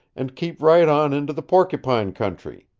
and keep right on into the porcupine country.